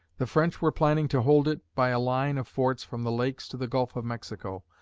the french were planning to hold it by a line of forts from the lakes to the gulf of mexico,